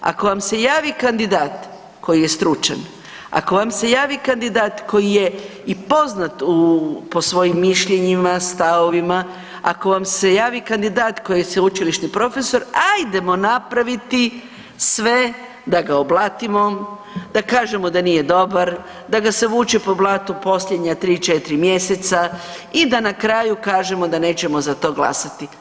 Ako vam se javi kandidat koji je stručan, ako vam se javi kandidat koji je i poznat po svojim mišljenjima, stavovima, ako vam se javi kandidat koji je sveučilišni profesor ajdemo napraviti sve da ga oblatimo, da kažemo da nije dobar, da ga se vuče po blatu posljednja tri, četiri mjeseca i da na kraju kažemo da nećemo za to glasati.